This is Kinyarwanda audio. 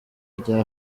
rya